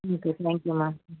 okay thank you ma'am